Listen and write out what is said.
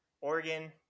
Oregon